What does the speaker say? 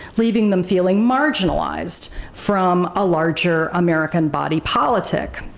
leaving them feeling marginalized from a larger american body politic.